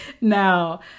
Now